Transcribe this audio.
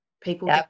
people